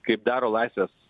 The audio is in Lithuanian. kaip daro laisvės